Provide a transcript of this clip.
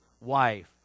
wife